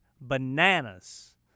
bananas